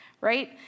right